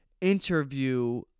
interview